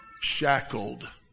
shackled